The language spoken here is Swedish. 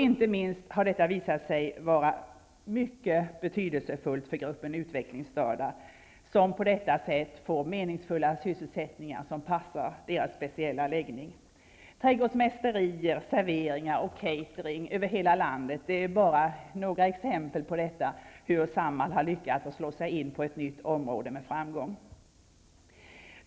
Inte minst har detta visat sig vara mycket betydelsefullt för gruppen utvecklingsstörda, som på detta sätt får meningsfulla sysselsättningar som passar deras speciella läggning. Trädgårdsmästeri, serveringar och catering över hela landet är bara några exempel på hur Samhall har lyckats slå sig in på ett nytt område med framgång.